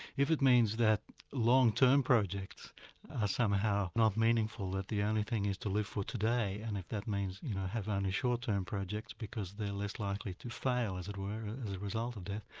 if it means that long-term projects are somehow not meaningful, that the only thing is to live for today, and if that means you know have only short-term projects because they're less likely to fail, as it were, as a result of death,